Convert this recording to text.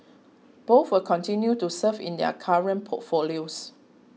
both will continue to serve in their current portfolios